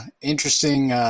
interesting